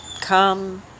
come